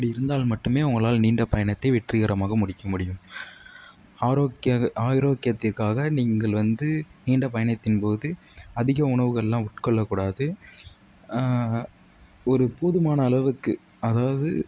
அப்படி இருந்தால் மட்டுமே உங்களால் நீண்ட பயணத்தை வெற்றிகரமாக முடிக்க முடியும் ஆரோக்கிய ஆரோக்கியத்திற்காக நீங்கள் வந்து நீண்ட பயணத்தின் போது அதிக உணவுகளெலாம் உட்கொள்ளக் கூடாது ஒரு போதுமான அளவுக்கு அதாவது